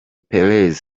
pérez